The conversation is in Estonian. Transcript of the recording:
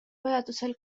vajadusel